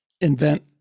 invent